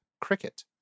cricket